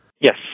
Yes